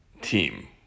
team